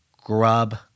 grub